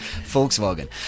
Volkswagen